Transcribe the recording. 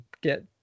get